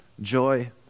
joy